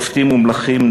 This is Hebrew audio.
שופטים ומלכים,